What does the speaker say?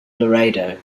laredo